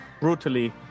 brutally